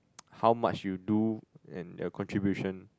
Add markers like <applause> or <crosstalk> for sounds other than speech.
<noise> how much you do and the contribution